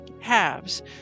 halves